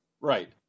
Right